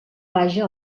vaja